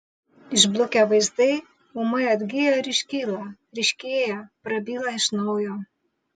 išblukę vaizdai ūmai atgyja ir iškyla ryškėja prabyla iš naujo